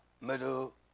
Middle